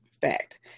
fact